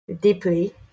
deeply